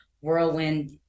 whirlwind